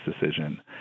decision